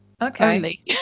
Okay